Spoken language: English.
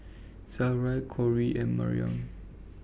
Sarai Cory and Maryam